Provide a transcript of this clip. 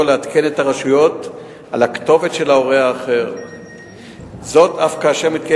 לעדכן את הרשויות על הכתובת של ההורה האחר אף כאשר מתקיים